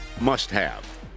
must-have